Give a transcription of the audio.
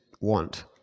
want